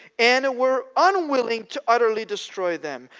and were unwilling to utterly destroy them.